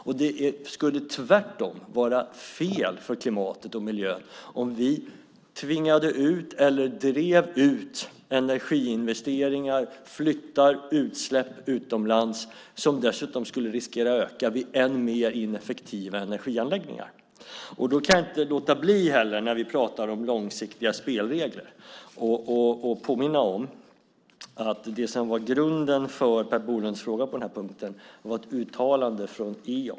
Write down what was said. Det skulle tvärtom vara fel för klimatet och miljön om vi drev ut energiinvesteringar, flyttade utsläpp utomlands som dessutom skulle riskera att öka vid än mer ineffektiva energianläggningar. När vi pratar om långsiktiga spelregler kan jag inte heller låta bli att påminna om att det som var grunden för Per Bolunds fråga på den här punkten var ett uttalande från Eon.